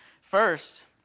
First